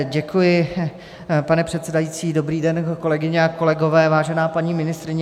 Děkuji, pane předsedající, dobrý den, kolegyně, kolegové, vážená paní ministryně.